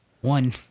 one